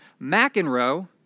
McEnroe